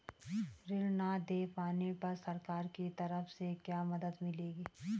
ऋण न दें पाने पर सरकार की तरफ से क्या मदद मिलेगी?